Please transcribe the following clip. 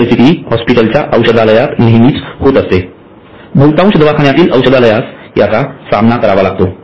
ही परिस्थिती हॉस्पिटलच्या औषधालयात नेहमीच होत असते बहुतांश दवाखान्यातील औषधालयास याचा सामना करावा लागतो